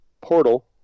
portal